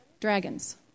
Dragons